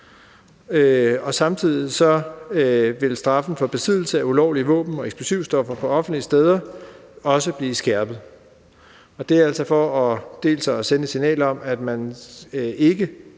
Samtidig vil straffen for besiddelse af ulovlige våben og eksplosivstoffer på offentlige steder også blive skærpet. Det er altså for dels at sende et signal om, at man ikke